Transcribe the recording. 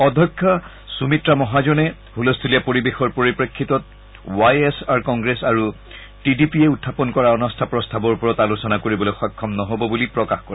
অধ্যক্ষা সূমিত্ৰা মহাজনে ছলস্থূলীয়া পৰিৱেশৰ পৰিপ্ৰেক্ষিতত ৱাই এছ আৰ কংগ্ৰেছ আৰু টি ডি পিয়ে উখাপন কৰা অনাস্থা প্ৰস্তাৱৰ ওপৰত আলোচনা কৰিবলৈ সক্ষম নহব বুলি প্ৰকাশ কৰে